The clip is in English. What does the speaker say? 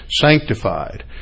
sanctified